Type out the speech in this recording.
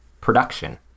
production